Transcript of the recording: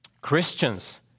Christians